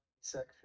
Section